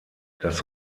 das